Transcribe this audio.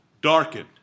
darkened